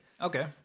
Okay